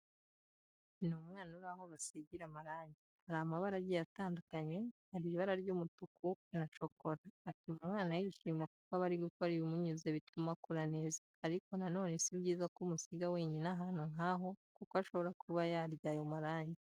Ni umwana uri aho basigira amarange, hari amabara agiye atandukanye, hari ibara ry'umutuku na shokora, atuma umwana yishima kuko aba ari gukora ibimunyuze bituma akura neza. Ariko na none sibyiza ko umusiga wenyine ahantu nkaho kuko ashobora kuba yarya ayo marange